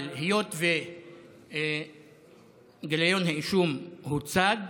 אבל היות שגיליון האישום הוצג,